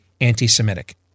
anti-Semitic